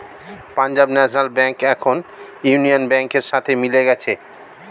Punjab national bank এখন union ব্যাংকের সাথে মিলে গেছে